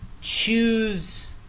choose